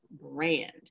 brand